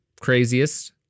craziest